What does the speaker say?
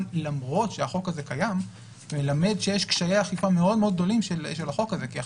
למרות שהחוק הזה קיים מלמד שיש קשיי אכיפה מאוד מאוד גדולים של החוק הזה.